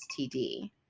STD